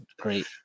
great